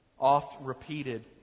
oft-repeated